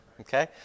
Okay